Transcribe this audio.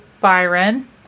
Byron